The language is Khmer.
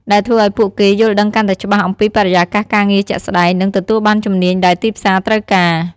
ដែលធ្វើឱ្យពួកគេយល់ដឹងកាន់តែច្បាស់អំពីបរិយាកាសការងារជាក់ស្តែង និងទទួលបានជំនាញដែលទីផ្សារត្រូវការ។